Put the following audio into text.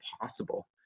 possible